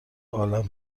عالم